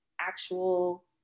actual